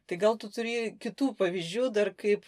tai gal tu turi kitų pavyzdžių dar kaip